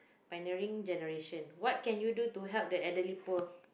pioneering generation what can you do to help the elderly poor